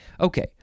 Okay